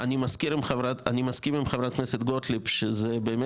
אני מסכים עם חברת הכנסת גוטליב שזה באמת